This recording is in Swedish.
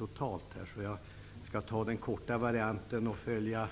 Därför skall jag ta den korta varianten och följa